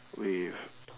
with